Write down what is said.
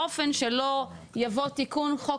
באופן שלא יבוא תיקון חוק,